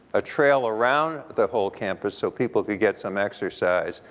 a trail around the whole campus so people could get some exercise,